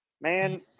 Man